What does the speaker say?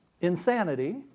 insanity